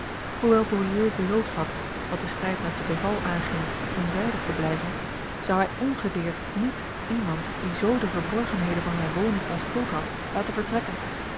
beaulieu beloofd had wat den strijd met de beval aanging onzijdig te blijven zou hij ongedeerd niet iemand die zoo de verborgenheden van zijne woning onthuld had laten vertrekken